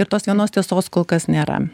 ir tos vienos tiesos kol kas nėra